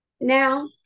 Now